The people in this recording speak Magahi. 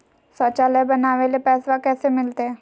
शौचालय बनावे ले पैसबा कैसे मिलते?